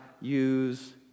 use